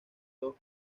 dos